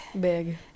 Big